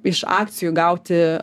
iš akcijų gauti